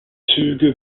züge